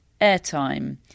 airtime